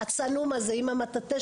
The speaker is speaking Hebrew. הצנום עם המטאטא,